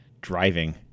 driving